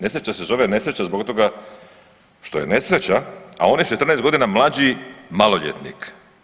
Nesreća se zove nesreća zbog toga što je nesreća, a oni s 14 godina mlađi maloljetnik.